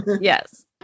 Yes